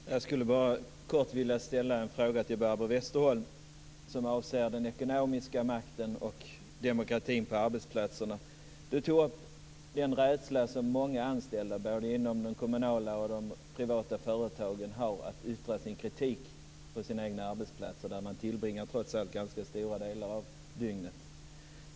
Fru talman! Jag skulle bara kort vilja ställa en fråga till Barbro Westerholm. Den avser den ekonomiska makten och demokratin på arbetsplatserna. Barbro Westerholm tog upp en rädsla som många anställda, både inom de kommunala och de privata företagen, har när det gäller att yttra sin kritik på sina egna arbetsplatser, där man trots allt tillbringar en stor del av dygnet.